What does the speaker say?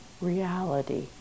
reality